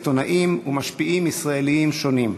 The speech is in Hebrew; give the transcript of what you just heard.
עיתונאים ומשפיעים ישראלים שונים.